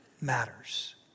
matters